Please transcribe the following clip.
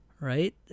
right